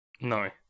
no